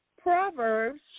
Proverbs